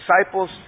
disciples